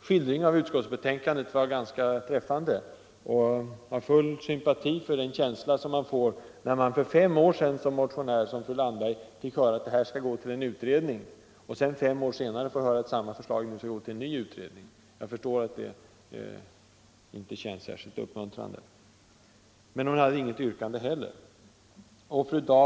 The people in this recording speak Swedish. skildring av utskottsbetänkandet var ganska träffande. Jag har full sympati för fru Landberg som för fem år sedan fick höra att förslaget skall gå till en utredning, och fem år senare får veta att samma förslag skall gå till en ny utredning. Jag förstår att det inte känns särskilt uppmuntrande. Men fru Landberg hade inte heller något yrkande.